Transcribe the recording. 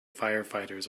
firefighters